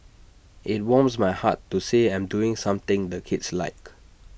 IT warms my heart to say I'm doing something the kids like